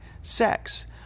sex